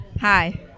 Hi